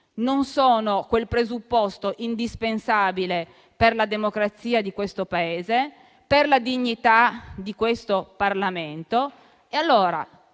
Non sono quel presupposto indispensabile per la democrazia di questo Paese e per la dignità di questo Parlamento.